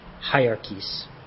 hierarchies